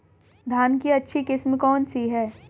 धान की अच्छी किस्म कौन सी है?